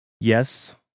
Yes